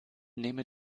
neme